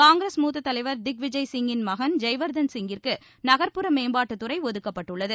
காங்கிரஸ் மூத்த தலைவர் திக்விஜய் சிங்கின் மகன் ஜெய்வர்தன் சிங்கிற்கு நகர்ப்புற மேம்பாட்டுத்துறை ஒதுக்கப்பட்டுள்ளது